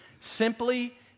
simply